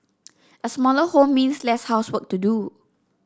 a smaller home means less housework to do